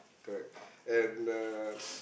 correct and uh